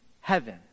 heaven